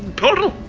portal!